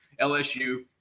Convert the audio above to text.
LSU